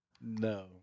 no